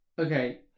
Okay